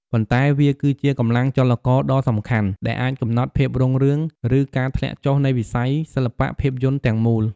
ប៉ុន្តែវាគឺជា កម្លាំងចលករដ៏សំខាន់ ដែលអាចកំណត់ ភាពរុងរឿង ឬការធ្លាក់ចុះ នៃវិស័យសិល្បៈភាពយន្តទាំងមូល។